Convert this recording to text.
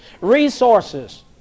resources